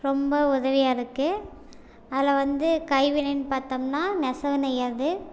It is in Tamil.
ரொம்ப உதவியாக இருக்குது அதுல வந்து கைவினைன்னு பாத்தம்னா நெசவு நெய்யறது